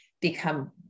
become